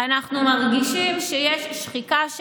אנחנו מרגישים שיש שם שחיקה.